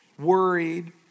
worried